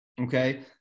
Okay